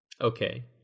Okay